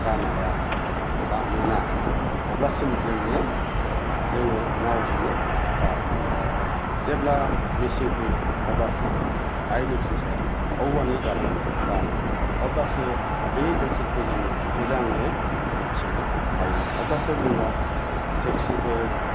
बानाया बा मोना अब्लासिम जोङो जोङो नावजोंनो बारनांगौ जायो जेब्ला मेसें फैयो अब्लासो जों आइ नदिनि सायाव औवानि दालां बानायो अब्लासो बे ओनसोलखौ जोङो मोजाङै हान्थिनो हायो अब्लासो जोंनाव टेक्सिफोर